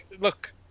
look